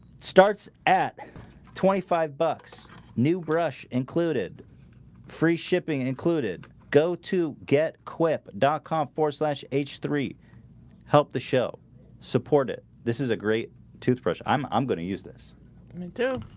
starts at twenty five bucks new brush included free shipping included go to get quip dot-com for slash h three help the show support it. this is a great toothbrush. i'm i'm going to use this me too.